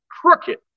crooked